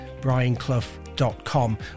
brianclough.com